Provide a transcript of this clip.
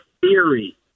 theory